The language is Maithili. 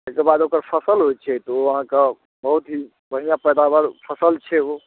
एहिके बाद ओकर फसल होइ छै तऽ ओ अहाँके बहुत ही बढ़िआँ पैदावार फसल छै ओ